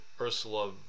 Ursula